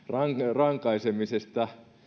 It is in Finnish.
rankaisemisesta